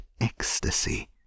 ecstasy